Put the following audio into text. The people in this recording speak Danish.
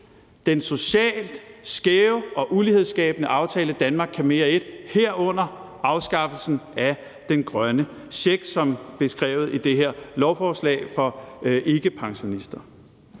den socialt skæve og ulighedsskabende aftale »Danmark kan mere I«, herunder afskaffelsen af den grønne check, som beskrevet i det her lovforslag, for ikkepensionister.